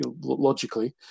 logically